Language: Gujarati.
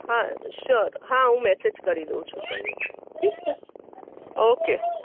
હા સ્યોર હા હું મેસેજ કરી દઉં છું તમને ઠીક છે ઓકે